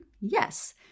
yes